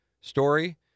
story